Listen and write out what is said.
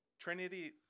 Trinity